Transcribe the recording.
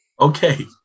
Okay